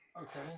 Okay